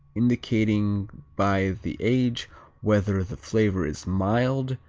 indicating by the age whether the flavor is mild,